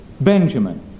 Benjamin